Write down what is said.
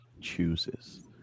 chooses